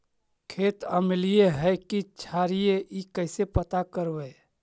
खेत अमलिए है कि क्षारिए इ कैसे पता करबै?